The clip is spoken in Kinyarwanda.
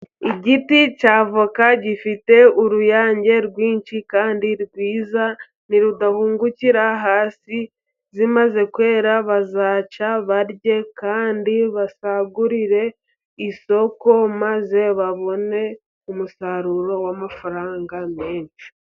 Igiti cya avoka gifite uruyange rwinshi kandi rwiza, nirudahungukira hasi zimaze kwera, bazaca barye, kandi basagurire isoko, maze babone umusaruro w'amafaranga menshi.